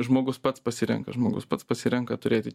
žmogus pats pasirenka žmogus pats pasirenka turėti